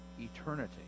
eternity